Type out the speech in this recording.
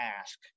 ask